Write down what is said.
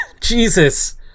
Jesus